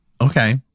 Okay